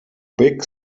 big